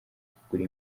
kugura